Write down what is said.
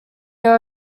there